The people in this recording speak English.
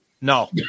No